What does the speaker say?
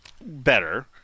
Better